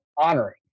honoring